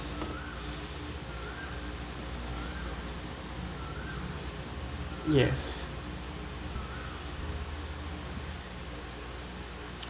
yes